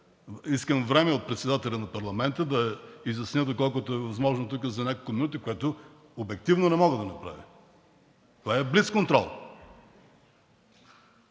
искам време от председателя на парламента да изясня, доколкото е възможно, тук за няколко минути, което обективно не мога да направя. Това е блицконтрол.